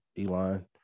Elon